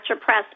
Press